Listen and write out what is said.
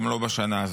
גם לא בשנה הזו.